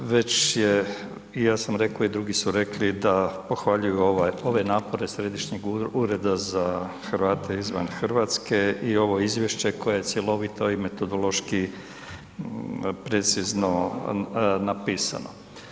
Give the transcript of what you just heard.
Već je i ja sam rekao i drugi su rekli da pohvaljuju ove napore Središnjeg ureda za Hrvate izvan Hrvatske i ovo izvješće koje je cjelovito i metodološki precizno napisano.